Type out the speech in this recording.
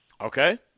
Okay